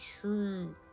true